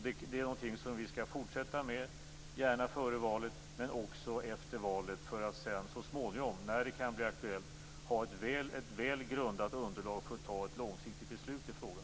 Det är någonting som vi skall fortsätta med, gärna före valet men också efter valet, för att så småningom när det blir aktuellt ha ett välgrundat underlag för att fatta ett långsiktigt beslut i frågan.